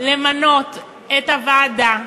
למנות את הוועדה,